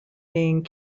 being